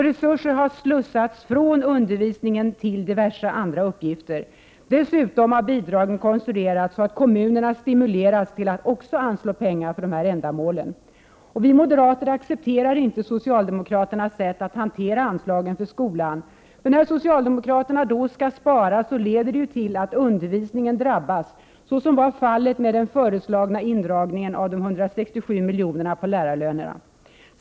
Resurser har också slussats från undervisningen till diverse andra uppgifter. Dessutom har bidragen konstruerats så att även kommunerna stimuleras till att anslå pengar för dessa ändamål. Vi moderater accepterar inte socialdemokraternas sätt att hantera ansla Prot. 1988/89:104 gen för skolan. När socialdemokraterna skall spara, leder detta till att 26 april 1989 undervisningen drabbas, såsom var fallet med den föreslagna indragningen av de 167 miljonerna på lärarlönerna.